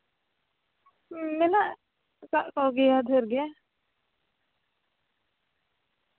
ᱢᱮᱱᱟᱜ ᱠᱟᱜ ᱠᱚᱜᱮᱭᱟ ᱰᱷᱮᱨ ᱜᱮ